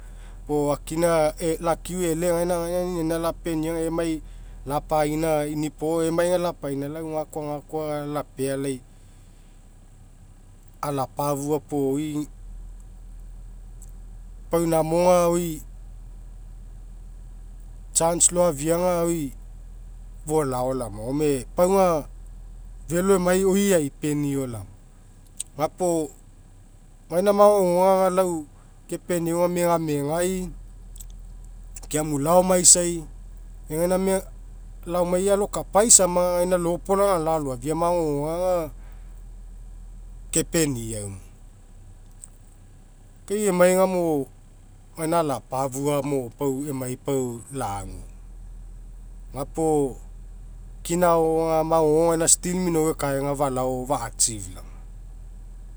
Puo akina elau akiu e'ele gaina gaina niniainina lapenia aga emai lapaina inipo emai aga lapaina lau gagkoa gakoa lapealai alafua puo oi pau inamo aga oi chance laofia aga oi folao laoma. Gome pau aga felo emai oi eaipenio laoma. Gapuo gaina magogoga agu lau kepeniau aga megamegai ke emu laomaisai egai mega laomai alokai sama gaina lopolaha alolao aloafia magogoga aga kepeniao ke oi emai agamo gaina alapafua ma lamai pau lague. Gapuo kina agao aga magogo gaina still minouai ekaega falao fa'achieve laoma.